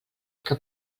que